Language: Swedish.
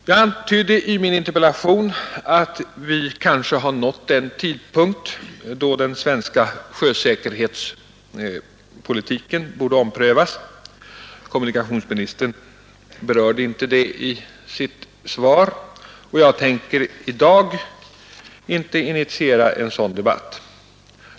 Jag antydde i min interpellation att vi kanske har nått den tidpunkt då den svenska sjösäkerhetspolitiken borde omprövas. Kommunikationsministern berörde inte detta i sitt svar, och jag tänker inte i dag initiera en sådan debatt.